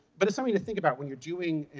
but it's something to think about when you're doing